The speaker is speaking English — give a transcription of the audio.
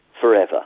forever